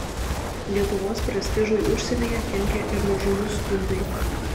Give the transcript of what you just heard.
lietuvos prestižui užsienyje kenkė ir mažumų skundai